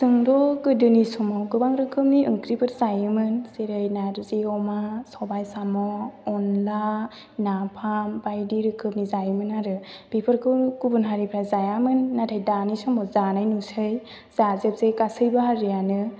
जोंथ' गोदोनि समाव गोबां रोखोमनि ओंख्रिफोर जायोमोन जेरै नारजि अमा सबाय साम' अनला नाफाम बायदि रोखोमनि जायोमोन आरो बेफोरखौ गुबुन हारिफोरा जायामोन नाथाय दानि समाव जानाय नुसै जाजोबसै गासैबो हारियानो